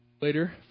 later